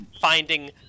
finding